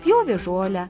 pjovė žolę